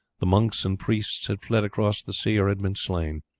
the monks and priests had fled across the sea or had been slain.